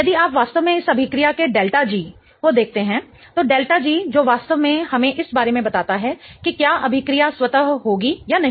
यदि आप वास्तव में इस अभिक्रिया के डेल्टा G ΔG को देखते हैं तो ΔG जो वास्तव में हमें इस बारे में बताता है कि क्या अभिक्रिया स्वतः होगी या नहीं